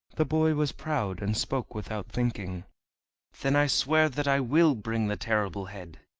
the boy was proud, and spoke without thinking then i swear that i will bring the terrible head,